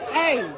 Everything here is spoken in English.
hey